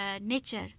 Nature